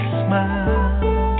smile